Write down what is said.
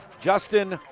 justin